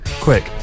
quick